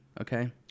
Okay